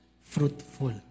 fruitful